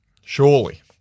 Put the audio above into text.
surely